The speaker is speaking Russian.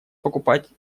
покупать